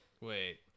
Wait